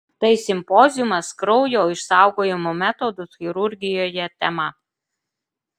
tai simpoziumas kraujo išsaugojimo metodų chirurgijoje tema